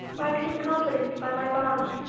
waxing confident by my bonds,